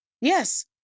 Yes